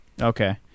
okay